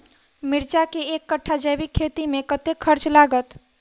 मिर्चा केँ एक कट्ठा जैविक खेती मे कतेक खर्च लागत?